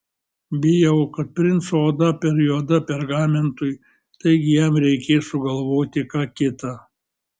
bijau kad princo oda per juoda pergamentui taigi jam reikės sugalvoti ką kita